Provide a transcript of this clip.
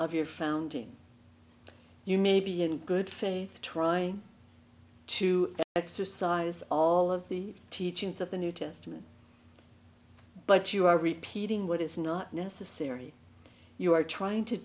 of your founding you may be in good faith trying to exercise all of the teachings of the new testament but you are repeating what is not necessary you are trying to